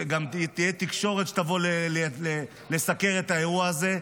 גם תהיה תקשורת שתבוא לסקר האירוע הזה.